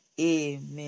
Amen